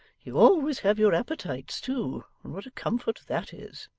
you always have your appetites too, and what a comfort that is